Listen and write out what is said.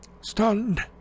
Stunned